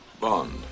Bond